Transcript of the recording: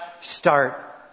start